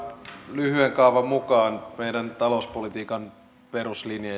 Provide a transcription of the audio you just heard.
lyhyen kaavan mukaan meidän talouspolitiikkamme peruslinja